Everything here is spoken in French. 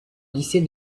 lycée